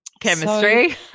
Chemistry